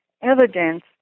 evidence